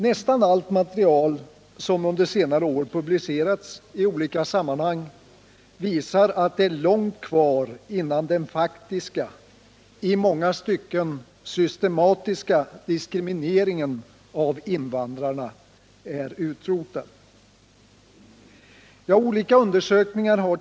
Nästan allt material som under senare år publicerats i olika sammanhang | visar, att det är långt kvar innan den faktiska, i många stycken systematiska, diskrimineringen av invandrarna är utrotad. Ja, olika undersökningar har t.